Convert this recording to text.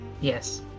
Yes